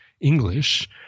English